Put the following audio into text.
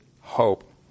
hope